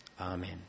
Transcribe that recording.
Amen